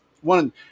one